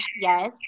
yes